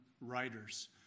writers